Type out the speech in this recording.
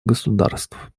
государств